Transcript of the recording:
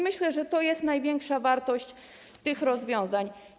Myślę, że to jest największa wartość tych rozwiązań.